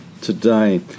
today